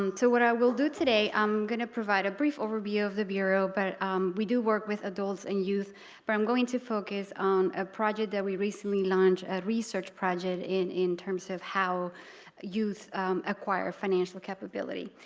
um to what i will do today i'm going to provide a brief overview of the bureau but we do work with adults and youth but i'm going to focus on a project that we recently launched a research project in in terms of how youth acquire financial capability.